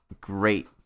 great